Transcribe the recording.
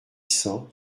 cents